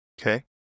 Okay